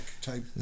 type